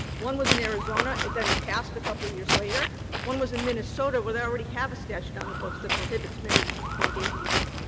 one was in arizona it then passed a couple years later. one was in minnesota where they already have a statute on the books that prohibits marriages between gay people.